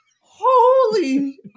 Holy